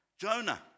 Jonah